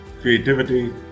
creativity